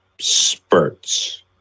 spurts